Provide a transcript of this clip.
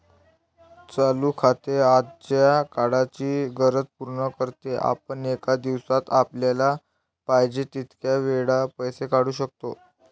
चालू खाते आजच्या काळाची गरज पूर्ण करते, आपण एका दिवसात आपल्याला पाहिजे तितक्या वेळा पैसे काढू शकतो